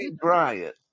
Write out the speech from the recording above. Bryant